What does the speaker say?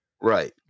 right